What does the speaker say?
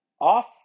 off